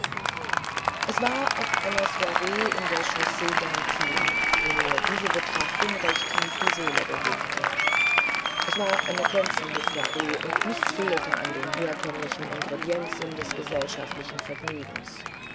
es war auf einer soiree in der chaussee d'antin wo mir diese betrachtung recht tief die seele bewegte es war eine glänzende soiree und nichts fehlte an den herkömmlichen ingredienzen des gesellschaftlichen vergnügens